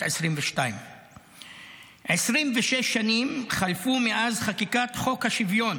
2022. 26 שנים חלפו מאז חקיקת חוק השוויון,